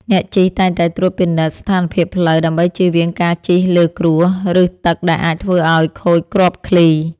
អ្នកជិះតែងតែត្រួតពិនិត្យស្ថានភាពផ្លូវ ដើម្បីជៀសវាងការជិះលើគ្រួស ឬទឹកដែលអាចធ្វើឱ្យខូចគ្រាប់ឃ្លី។